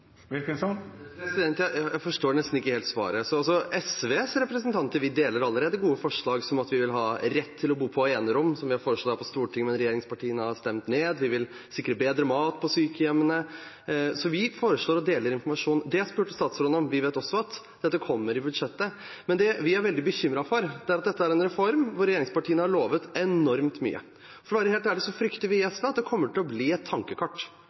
Jeg forstår ikke helt svaret. SVs representanter deler allerede gode forslag, som at vi vil ha en rett til å bo på enerom, som vi har foreslått for Stortinget, men som regjeringspartiene har stemt ned, og at vi vil sikre bedre mat på sykehjemmene. Så vi foreslår, og vi deler informasjon. Vi vet også at dette kommer i budsjettet, men vi er veldig bekymret, for dette er en reform der regjeringspartiene har lovet enormt mye. For å være helt ærlig frykter vi i SV at det kommer til å bli et tankekart,